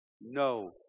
no